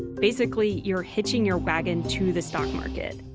basically, you're hitching your wagon to the stock market.